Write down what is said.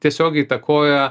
tiesiog įtakoja